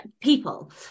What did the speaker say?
people